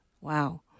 Wow